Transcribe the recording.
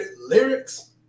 Lyrics